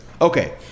Okay